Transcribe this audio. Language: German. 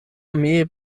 armee